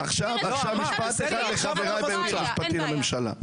אני רציתי --- עכשיו משפט אחד לחבריי בייעוץ המשפטי לממשלה.